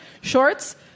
Shorts